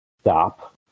stop